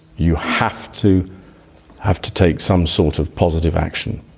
you have to have to take some sort of positive action.